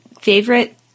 Favorite